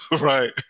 right